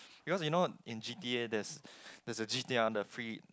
because you know in G_T_A there's there's a G_T_R on the free